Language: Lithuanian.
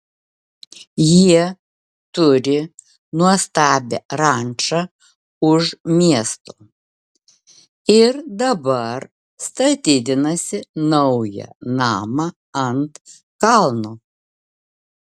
jie turi nuostabią rančą už miesto ir dabar statydinasi naują namą ant kalno